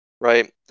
right